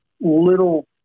little